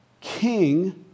king